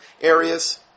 areas